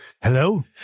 Hello